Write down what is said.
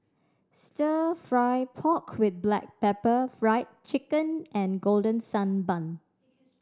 Stir Fry pork with black pepper Fried Chicken and Golden Sand Bun